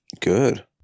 Good